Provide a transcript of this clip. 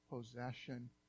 possession